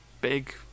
Big